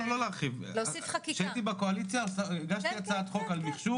כשהייתי בקואליציה הגשתי הצעת חוק על מכשור